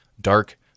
dark